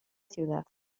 ciudad